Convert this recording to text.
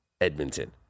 Edmonton